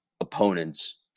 opponents